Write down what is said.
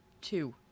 two